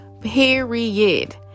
period